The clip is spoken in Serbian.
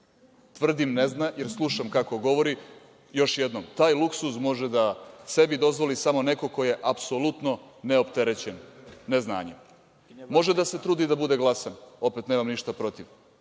Tvrdim – ne zna, jer slušam kako govori. Još jednom, taj luksuz može sebi da dozvoli samo neko ko je apsolutno neopterećen neznanjem. Može da se trudi da bude glasan, opet nemam ništa protiv,